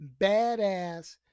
badass